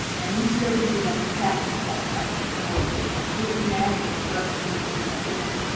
and these services are impacting that life and the quality of life, so it's natural for us to want to bring that in.